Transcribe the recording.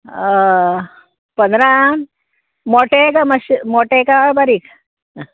पंदरांक मोटे काय मातशे मोटे काय बारीक आं